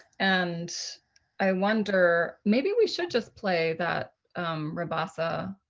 and i wonder, maybe we should just play that rabassa?